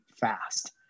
fast